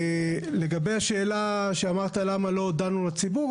לגבי השאלה שאמרת למה לא הודענו לציבור,